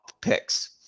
picks